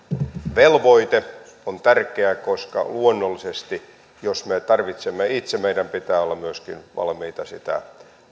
velvoite on tärkeä koska luonnollisesti jos me tarvitsemme itse meidän pitää olla myöskin valmiita sitä